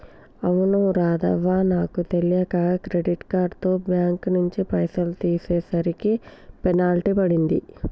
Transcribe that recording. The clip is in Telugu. అవును రాధవ్వ నాకు తెలియక క్రెడిట్ కార్డుతో బ్యాంకు నుంచి పైసలు తీసేసరికి పెనాల్టీ పడింది